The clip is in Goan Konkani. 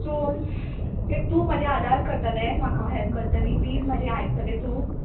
सो लायक तु म्हजें आदार करतलें म्हाका हेल्प करतली प्लीज म्हजें आयकतलें तूं